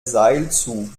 seilzug